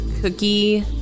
cookie